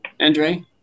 Andre